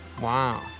Wow